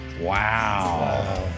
wow